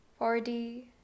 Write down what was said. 4D